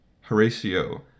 Horatio